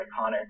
iconic